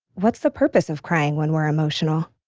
what's the purpose of crying when we're emotional?